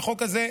החוק הזה,